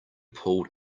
pulled